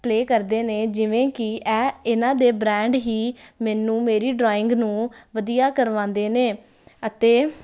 play ਕਰਦੇ ਨੇ ਜਿਵੇਂ ਕਿ ਇਹ ਇਹਨਾਂ ਦੇ ਬ੍ਰਾਂਡ ਹੀ ਮੈਨੂੰ ਮੇਰੀ ਡਰਾਇੰਗ ਨੂੰ ਵਧੀਆ ਕਰਵਾਉਂਦੇ ਨੇ ਅਤੇ